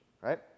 Right